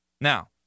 Now